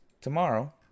tomorrow